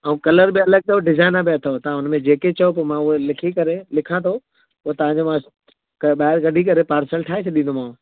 ऐं कलर बि अलॻि अथव डिज़ाइना बि अथव तव्हां हुनमें जेके चओ त मां उहो लिखी करे लिखां थो पोइ तव्हांखे मां क ॿाहिरि कढी करे पार्सल ठाहे छॾींदोमांव